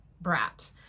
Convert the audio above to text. brat